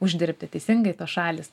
uždirbti teisingai tos šalys